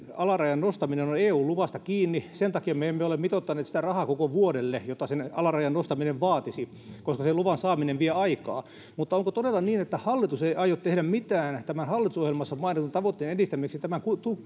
alarajan nostaminen on on eu luvasta kiinni sen takia me emme ole mitoittaneet sitä rahaa koko vuodelle mitä se alarajan nostaminen vaatisi koska sen luvan saaminen vie aikaa mutta onko todella niin että hallitus ei aio tehdä mitään tämän hallitusohjelmassa mainitun tavoitteen edistämiseksi tämän